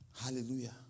Hallelujah